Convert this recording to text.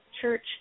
church